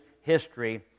history